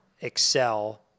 excel